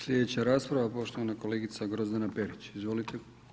Slijedeća rasprava poštovana kolegica Grozdana Perić, izvolite.